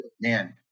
man